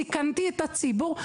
סיכנתי את הציבור?